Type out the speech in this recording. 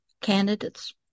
candidates